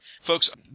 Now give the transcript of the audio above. Folks